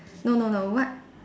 no no no what